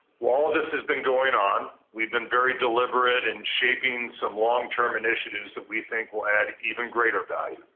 while this has been going on, we've been very deliberate in shaping some long term initiatives that we think will add even greater value.